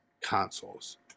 consoles